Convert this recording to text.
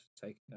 taking